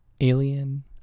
alien